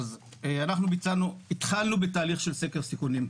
אנחנו התחלנו בתהליך של סקר סיכונים,